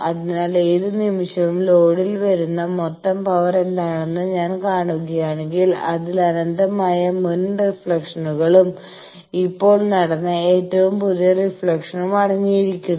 അതിനാൽ ഏത് നിമിഷവും ലോഡിൽ വരുന്ന മൊത്തം പവർ എന്താണെന്ന് ഞാൻ കാണുകയാണെങ്കിൽ അതിൽ അനന്തമായ മുൻ റിഫ്ലക്ഷനുകളും ഇപ്പോൾ നടന്ന ഏറ്റവും പുതിയ റിഫ്ലക്ഷനും അടങ്ങിയിരിക്കുന്നു